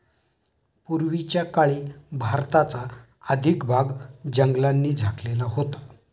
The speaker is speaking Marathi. पूर्वीच्या काळी भारताचा अधिक भाग जंगलांनी झाकलेला होता